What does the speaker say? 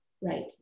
right